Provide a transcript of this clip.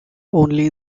only